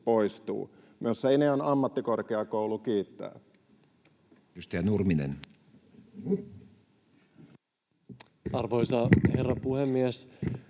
Myös Seinäjoen ammattikorkeakoulu kiittää.